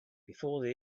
before